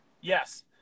Yes